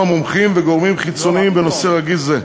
מומחים וגורמים חיצוניים בנושא רגיש זה.